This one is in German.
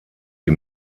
die